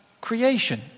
creation